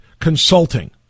consulting